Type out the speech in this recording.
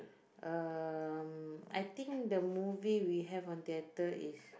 um I think the movie we have on theatre is